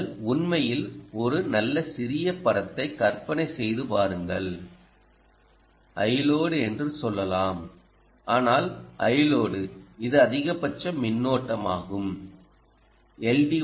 நீங்கள்உண்மையில் ஒரு நல்ல சிறிய படத்தை கற்பனை செய்து பாருங்கள் Iload என்று சொல்லலாம் ஆனால் Iload இது அதிகபட்ச மின்னோட்டமாகும் எல்